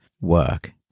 work